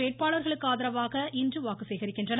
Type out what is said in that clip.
வேட்பாளர்களுக்கு ஆதரவாக வாக்கு சேகரிக்கின்றனர்